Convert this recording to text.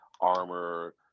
armor